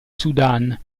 sudan